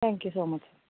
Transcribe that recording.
thank you so much